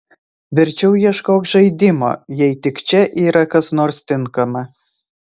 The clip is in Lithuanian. verčiau ieškok žaidimo jei tik čia yra kas nors tinkama